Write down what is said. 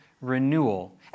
renewal